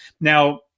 Now